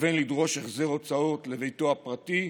ומתכוון לדרוש החזר הוצאות לביתו הפרטי,